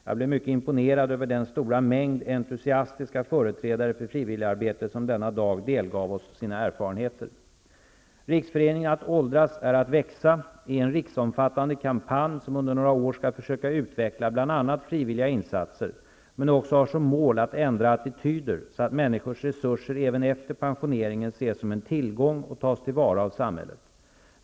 Jag blev mycket imponerad över den stora mängd entusiastiska företrädare för frivilligarbete som denna dag delgav oss sina erfarenheter. Riksföreningen Att åldras är att växa är en riksomfattande kampanj, som under några år skall försöka utveckla bl.a. frivilliga insatser men som också har som mål att ändra attityder, så att människors resurser även efter pensioneringen ses som en tillgång och tas tillvara av samhället.